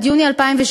עד יוני 2017,